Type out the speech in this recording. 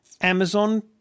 Amazon